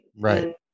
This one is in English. Right